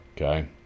Okay